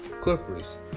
Clippers